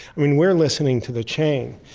i mean, we're listening to the chain,